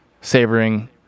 savoring